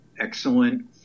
excellent